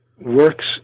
works